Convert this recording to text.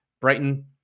Brighton